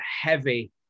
heavy